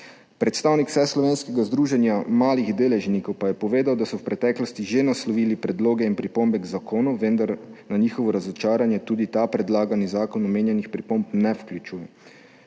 združenja malih deležnikov pa je povedal, da so v preteklosti že naslovili predloge in pripombe k zakonu, vendar na njihovo razočaranje tudi ta predlagani zakon omenjenih pripomb ne vključuje.